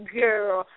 girl